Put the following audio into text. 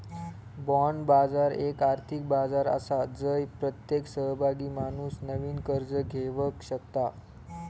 bond बाजार एक आर्थिक बाजार आसा जय प्रत्येक सहभागी माणूस नवीन कर्ज घेवक शकता